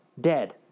dead